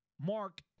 Mark